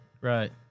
Right